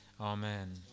Amen